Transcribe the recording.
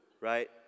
right